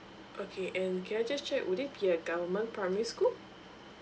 okay and can I just check would it be a government primary school